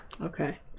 Okay